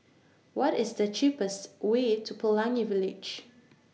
What IS The cheapest Way to Pelangi Village